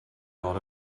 out